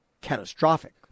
catastrophic